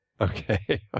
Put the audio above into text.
Okay